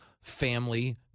family